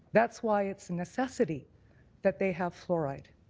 that's why it's a necessity that they have fluoride.